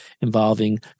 involving